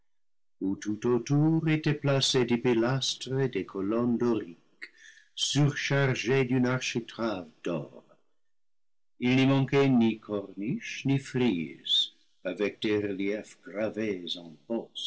pilastres et des colonnes doriques surchargées d'une architrave d'or il n'y manquait ni corniches ni frises avec des reliefs gravés en